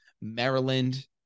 Maryland